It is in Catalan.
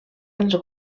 dels